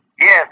Yes